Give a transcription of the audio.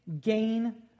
gain